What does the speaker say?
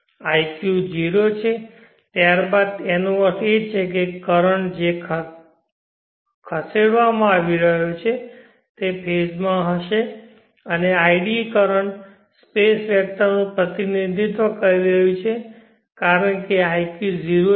iq 0 છે ત્યારબાદ તેનો અર્થ એ છે કે કરંટ જે પાછો ફીડ કરવામાં આવી રહ્યો છે તે ફેઝ માં હશે અને id કરંટ સ્પેસ વેક્ટર નું પ્રતિનિધિત્વ કરી રહ્યું છે કારણ કે iq 0 છે